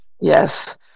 Yes